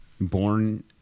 born